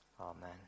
Amen